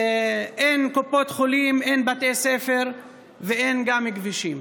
אין קופות חולים, אין בתי ספר וגם אין כבישים.